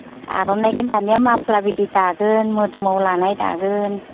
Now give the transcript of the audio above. आर'नाइखोनो दानिया माफ्ला बिदि दागोन मोदोमाव लानाय दागोन